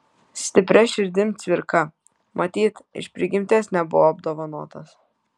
stipria širdim cvirka matyt iš prigimties nebuvo apdovanotas